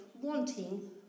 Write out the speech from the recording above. wanting